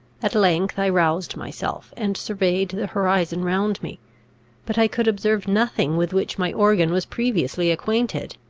at length i roused myself, and surveyed the horizon round me but i could observe nothing with which my organ was previously acquainted.